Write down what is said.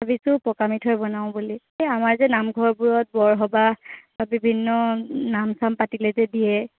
ভাবিছোঁ পকা মিঠৈ বনাওঁ বুলি এই আমাৰ যে নামঘৰবোৰত বৰসবাহ বিভিন্ন নাম চাম পাতিলে যে দিয়ে